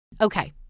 Okay